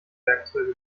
werkzeuge